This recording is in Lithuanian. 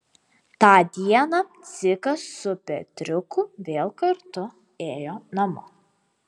tą dieną dzikas su petriuku vėl kartu ėjo namo